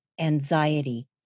anxiety